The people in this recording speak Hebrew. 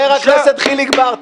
חבר הכנסת חיליק בר,